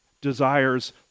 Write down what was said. desires